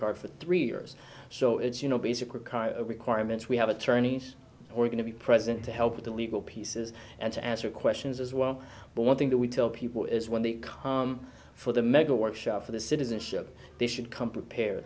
card for three years so it's you know basic requirements we have attorneys who are going to be present to help with the legal pieces and to answer questions as well but one thing that we tell people is when they come for the mega workshop for the citizenship they should come prepared